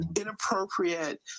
inappropriate